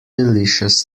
delicious